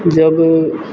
जब